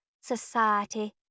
society